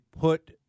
put